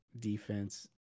defense